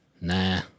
Nah